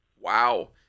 Wow